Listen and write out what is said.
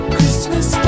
Christmas